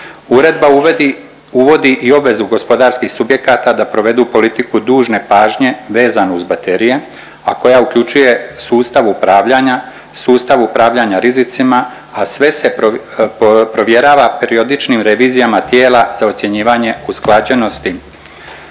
uvodi, uvodi i obvezu gospodarskih subjekata da provedu politiku dužne pažnje vezano uz baterije, a koja uključuje sustav upravljanja, sustav upravljanja rizicima, a sve se provjerava periodičnim revizijama tijela za ocjenjivanje usklađenosti.